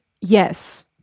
Yes